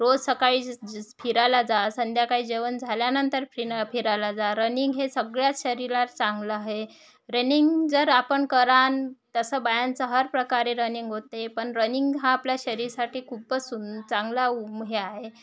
रोज सकाळी फिरायला जा संध्याकाळी जेवण झाल्यानंतर फिन फिरायला जा रनिंग हे सगळ्या शरीराल चांगलं आहे रनिंग जर आपण करान तसं बायांचं हर प्रकारे रनिंग होते पण रनिंग हा आपल्या शरीरसाठी खूपच सुन चांगला उं हे आहे